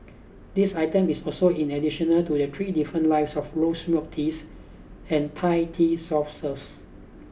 this item is also in additional to their three different lives of rose milk tea and Thai tea soft serves